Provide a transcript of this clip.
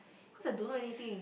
cause I don't know anything